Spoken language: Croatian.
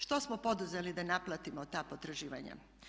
Što smo poduzeli da naplatimo ta potraživanja?